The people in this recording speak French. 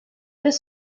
deux